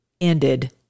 ended